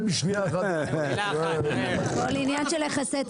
בשנייה אחת הכול עניין של יחסי ציבור.